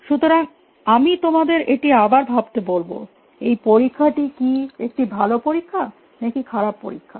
সুতরাং আমি তোমাদের এটি আবার ভাবতে বলব এই পরীক্ষাটি কি একটি ভাল পরীক্ষা নাকি খারাপ পরীক্ষা